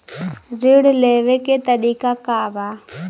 ऋण लेवे के तरीका का बा?